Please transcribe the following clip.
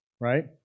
right